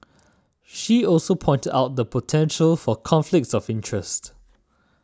she also pointed out the potential for conflict of interest